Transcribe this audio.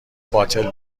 باطل